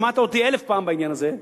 שמעת אותי אלף פעם בעניין הזה,